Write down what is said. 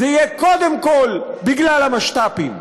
זה יהיה קודם כול בגלל המשת"פים.